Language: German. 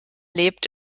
lebt